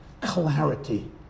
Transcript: clarity